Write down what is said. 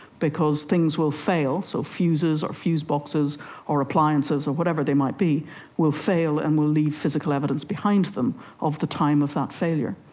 because things will fail, so fuses or fuse boxes or appliances or whatever they might be will fail and will leave physical evidence behind them of the time of that failure.